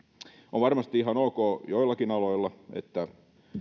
on varmasti ihan ok joillakin aloilla että